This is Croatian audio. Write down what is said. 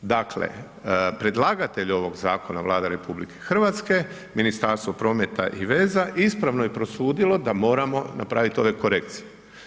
Dakle, predlagatelj ovog zakona Vlada RH, Ministarstvo prometa i veza ispravno je prosudilo da moramo napraviti ove korekcije.